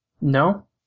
No